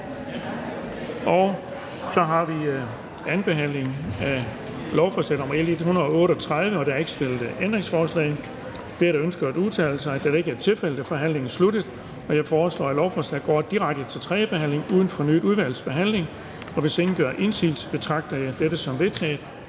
fg. formand (Erling Bonnesen): Der er ikke stillet ændringsforslag. Ønsker nogen at udtale sig? Det er ikke tilfældet. Så er forhandlingen sluttet. Jeg foreslår, at lovforslaget går direkte til tredje behandling uden fornyet udvalgsbehandling. Hvis ingen gør indsigelse, betragter jeg dette som vedtaget.